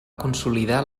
consolidar